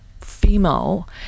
female